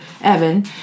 Evan